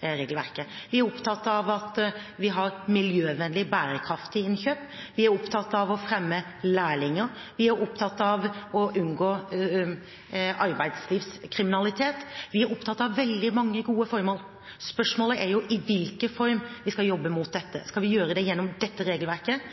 Vi er opptatt av at vi har miljøvennlige og bærekraftige innkjøp, vi er opptatt av å fremme lærlinger, vi er opptatt av å unngå arbeidslivskriminalitet – vi er opptatt av veldig mange gode formål. Spørsmålet er i hvilken form vi skal jobbe mot dette. Skal vi gjøre det gjennom dette regelverket,